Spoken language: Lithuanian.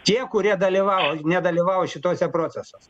tie kurie dalyvavo nedalyvavo šituose procesuos